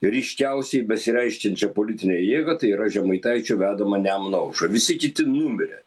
ryškiausiai besireiškiančią politinę jėgą tai yra žemaitaičio vedamą nemuno aušrą visi kiti numirė